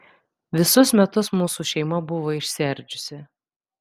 visus metus mūsų šeima buvo išsiardžiusi